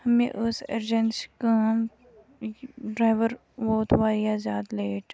مےٚ ٲس أرجَنسہِ کٲم ڈرٛایوَر ووت واریاہ زیادٕ لیٹ